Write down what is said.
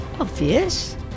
Obvious